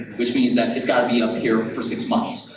which means that it's gotta be up here for six months,